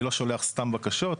אני לא שולח סתם בקשות.